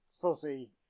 fuzzy